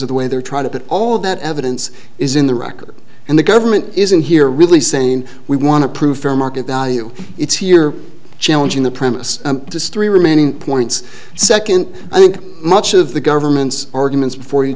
of the way they're trying to put all that evidence is in the record and the government isn't here really saying we want to prove fair market value it's here challenging the premise to story remaining points second i think much of the government's arguments before you